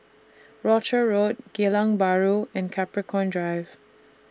Rochor Road Geylang Bahru and Capricorn Drive